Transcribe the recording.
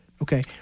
Okay